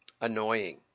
annoying